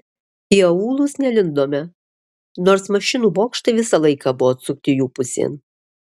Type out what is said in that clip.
į aūlus nelindome nors mašinų bokštai visą laiką buvo atsukti jų pusėn